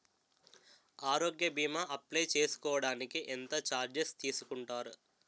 ఆరోగ్య భీమా అప్లయ్ చేసుకోడానికి ఎంత చార్జెస్ తీసుకుంటారు?